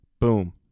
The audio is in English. boom